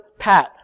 Pat